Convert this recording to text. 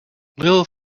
little